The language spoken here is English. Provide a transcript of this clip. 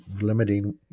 limiting